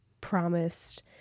promised